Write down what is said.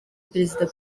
perezida